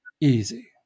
easy